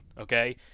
okay